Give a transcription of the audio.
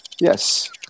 Yes